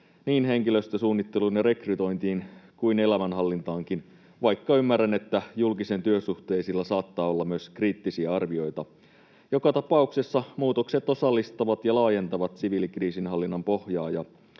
niin henkilöstösuunnitteluun ja rekrytointiin kuin elämänhallintaankin, vaikka ymmärrän, että julkisen työsuhteisilla saattaa olla myös kriittisiä arvioita. Joka tapauksessa muutokset osallistavat ja laajentavat siviilikriisinhallinnan pohjaa